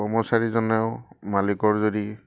কৰ্মচাৰীজনেও মালিকৰ যদি